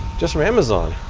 just from amazon.